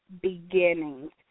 beginnings